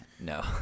No